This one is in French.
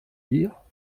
dire